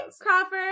Crawford